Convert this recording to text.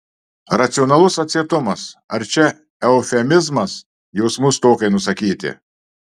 racionalus atsietumas ar čia eufemizmas jausmų stokai nusakyti